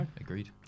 Agreed